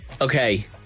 Okay